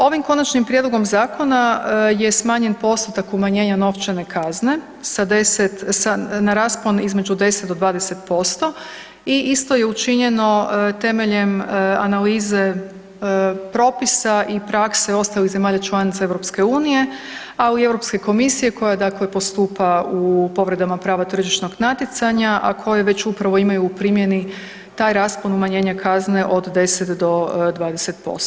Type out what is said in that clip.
Ovim konačnim prijedlogom zakona je smanjen postotak umanjenja novčane kazne na raspon između 10 do 20% i isto je učinjeno temeljem analize propisa i prakse ostalih zemalja članica EU, ali i Europske komisije koja dakle postupa u povredama prava tržišnog natjecanja, a koje već upravo imaju u primjeni taj raspon umanjenja kazne od 10 do 20%